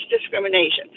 discrimination